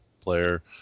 player